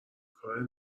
کار